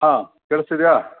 ಹಾಂ ಕೇಳಿಸ್ತಿದೆಯಾ